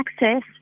access